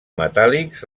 metàl·lics